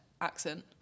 accent